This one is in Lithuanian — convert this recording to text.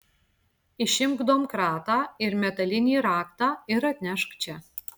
išimk domkratą ir metalinį raktą ir atnešk čia